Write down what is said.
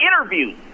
interview